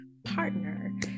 partner